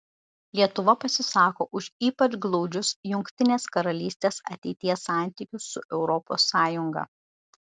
lietuva pasisako už ypač glaudžius jungtinės karalystės ateities santykius su europos sąjunga